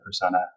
persona